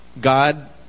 God